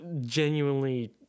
genuinely